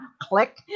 click